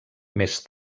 més